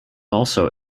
also